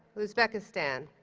uzbekistan